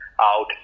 out